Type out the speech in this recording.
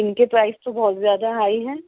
ان کے پرائز تو بہت زیادہ ہائی ہیں